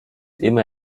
immer